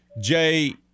Jay